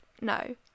no